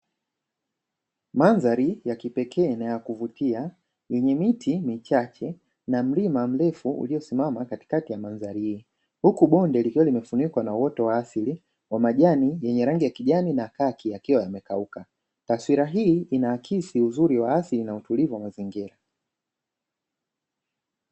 Mandhari ya kipekee na ya kuvutia yenye miti michache na mlima mrefu uliosimama katikati ya mandhari hii, huku bonde likiwa limefunikwa na uoto wa asili wa majani yenye rangi ya kijani na khaki yakiwa yamekauka. Taswira hii inaakisi uzuri wa asili na utulivu wa mazingira.